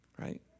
Right